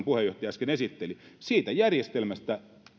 puheenjohtaja äsken esitteli siitä järjestelmästä